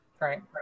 right